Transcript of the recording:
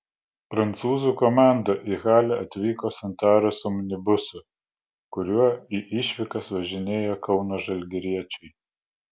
prancūzų komanda į halę atvyko santaros omnibusu kuriuo į išvykas važinėja kauno žalgiriečiai